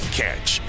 catch